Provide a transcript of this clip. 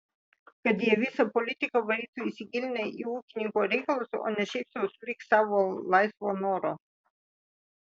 kad jie visą politiką varytų įsigilinę į ūkininko reikalus o ne šiaip sau sulig savo laisvo noro